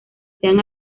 sean